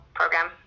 program